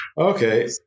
Okay